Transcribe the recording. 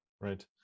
right